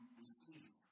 receive